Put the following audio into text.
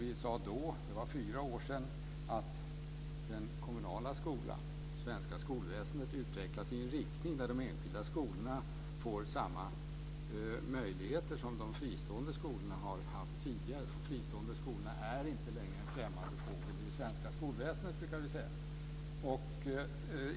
Vi sade då för fyra år sedan att det svenska skolväsendet utvecklas i en riktning där de enskilda skolorna får samma möjligheter som de fristående skolorna har haft tidigare. De fristående skolorna är inte längre en främmande fågel i det svenska skolväsendet.